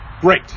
great